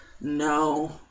No